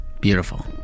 Beautiful